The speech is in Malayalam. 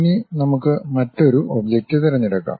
ഇനി നമുക്ക് മറ്റൊരു ഒബ്ജക്റ്റ് തിരഞ്ഞെടുക്കാം